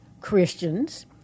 Christians